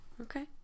Okay